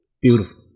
beautiful